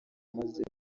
maze